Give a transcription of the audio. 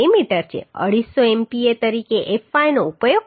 250 MPa તરીકે fy નો ઉપયોગ કરો